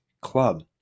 club